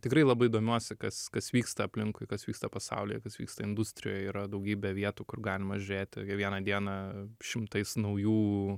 tikrai labai domiuosi kas kas vyksta aplinkui kas vyksta pasaulyje kas vyksta industrijoj yra daugybė vietų kur galima žiūrėti kiekvieną dieną šimtais naujų